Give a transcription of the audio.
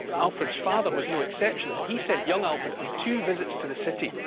alfred's father was no exception and he sent young alfred on two visits to the city,